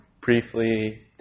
briefly